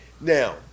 Now